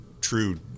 true